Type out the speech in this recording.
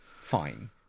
Fine